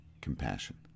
compassion